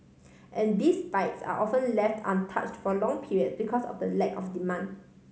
and these bikes are often left untouched for long period because of the lack of demand